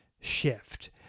shift